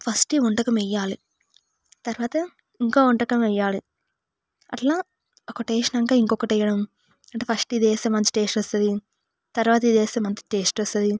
first ఈ వంటకం వేయాలి తర్వాత ఇంకో వంటకం వేయాలి అట్లా ఒకటి వేసినాక ఇంకొకటి వేయడం అంటే ఫస్ట్ ఇది వేస్తే మంచి టేస్ట్ వస్తుంది తర్వాత ఇదేస్తే మంచి టేస్ట్ వస్తుంది